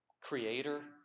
Creator